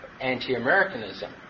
anti-Americanism